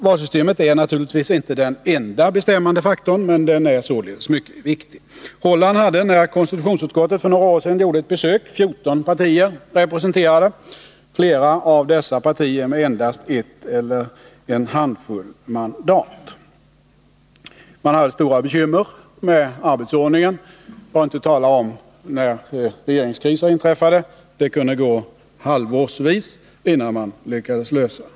Valsystemet är naturligtvis inte den enda bestämmande faktorn, men den är således mycket viktig. Det holländska parlamentet hade, när konstitutionsutskottet för några år sedan gjorde ett besök där, 14 partier representerade, flera av dem med endast ett eller en handfull mandat. Man hade stora bekymmer med arbetsordningen, inte minst när regeringskriser inträffade. Det kunde gå ett halvår innan man lyckades lösa dem.